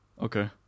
Okay